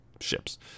ships